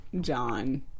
John